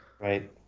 Right